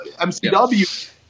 MCW